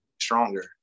stronger